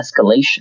escalation